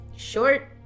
Short